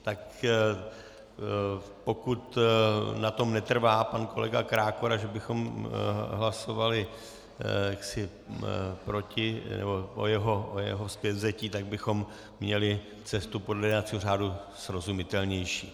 Tak pokud na tom netrvá pan kolega Krákora, že bychom hlasovali jaksi proti o jeho zpětvzetí, tak bychom měli cestu podle jednacího řádu srozumitelnější.